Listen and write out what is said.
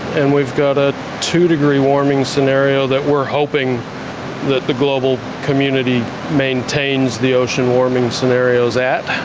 and we've got a two degree warming scenario that we are hoping the the global community maintains the ocean warming scenarios at.